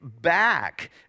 back